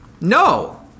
No